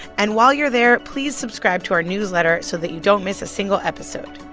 and while you're there, please subscribe to our newsletter so that you don't miss a single episode.